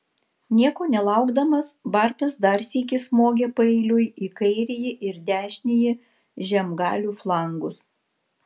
nieko nelaukdamas bartas dar sykį smogė paeiliui į kairįjį ir dešinįjį žemgalių flangus